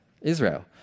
Israel